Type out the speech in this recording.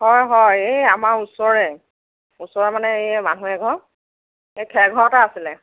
হয় হয় এ আমাৰ ওচৰে ওচৰে মানে এই মানুহ এঘৰ এই খেৰ ঘৰ এটা আছিলে